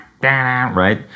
Right